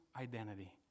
identity